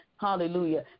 hallelujah